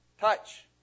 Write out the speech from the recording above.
Touch